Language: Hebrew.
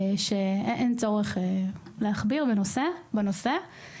אין צורך להכביר מילים בנושא.